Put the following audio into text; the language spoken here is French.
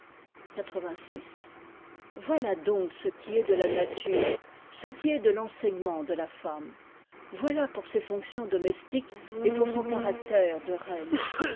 voilà donc ce qui est de la nature ce qui est de l'enseignement de la femme voilà pour ses fonctions domestiques et pour son caractère de reine